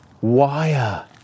wire